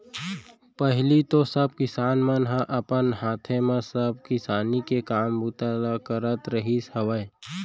पहिली तो सब किसान मन ह अपन हाथे म सब किसानी के काम बूता ल करत रिहिस हवय